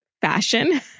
fashion